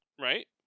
Right